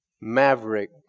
Maverick